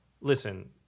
listen